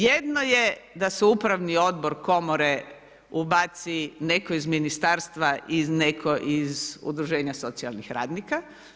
Jedno je da se upravni odbor komore ubaci netko iz ministarstva i netko iz udruženja socijalnih radnika.